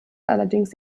allerdings